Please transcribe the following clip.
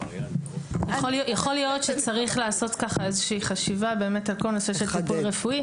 יכול להיות שצריך לעשות איזושהי חשיבה על כל הנושא של טיפול רפואי.